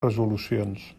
resolucions